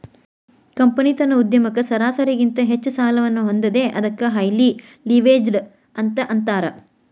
company ತನ್ನ ಉದ್ಯಮಕ್ಕ ಸರಾಸರಿಗಿಂತ ಹೆಚ್ಚ ಸಾಲವನ್ನ ಹೊಂದೇದ ಅದಕ್ಕ ಹೈಲಿ ಲಿವ್ರೇಜ್ಡ್ ಅಂತ್ ಅಂತಾರ